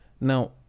Now